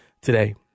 today